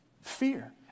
fear